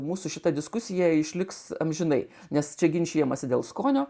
mūsų šita diskusija išliks amžinai nes čia ginčijamasi dėl skonio